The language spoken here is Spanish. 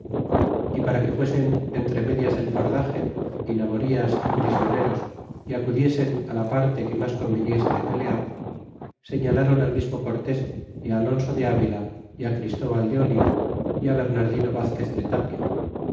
y para que fuesen entre medias del fardaxe y naborias y prisioneros y acudiesen la parte que mas conviniese de pelear señalron al mismo cortés y alonso de avila y christóbal de olí é bernardino vazquez de tapia